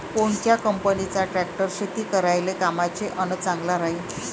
कोनच्या कंपनीचा ट्रॅक्टर शेती करायले कामाचे अन चांगला राहीनं?